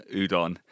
udon